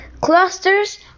Clusters